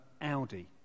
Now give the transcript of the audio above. Audi